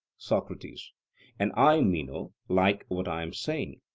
socrates and i, meno, like what i am saying.